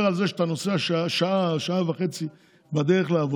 אני לא מדבר על זה שאתה נוסע שעה או שעה וחצי בדרך לעבודה.